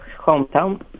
hometown